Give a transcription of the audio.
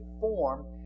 form